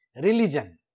Religion